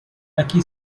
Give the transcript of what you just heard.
lucky